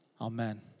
Amen